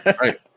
right